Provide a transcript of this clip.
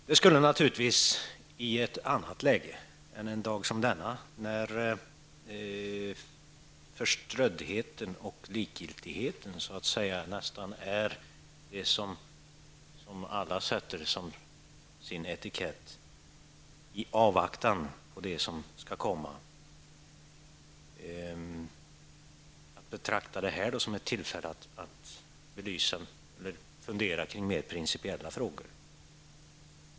Det skulle naturligtvis vid ett annat tillfälle än en dag som denna, när förströddheten och likgiltigheten är den etikett som nästan alla använder i avvaktan på det som skall komma, vara angeläget att fundera kring mer principiella frågor.